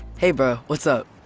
hey, but what's up?